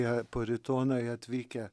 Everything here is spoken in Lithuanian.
tie puritonai atvykę